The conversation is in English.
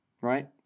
right